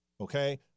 okay